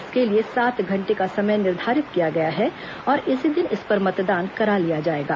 इसके लिए सात घंटे का समय निर्धारित किया गया है और इसी दिन इस पर मतदान करा लिया जाएगा